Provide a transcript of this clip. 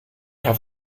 have